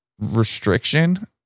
restriction